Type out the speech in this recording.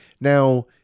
Now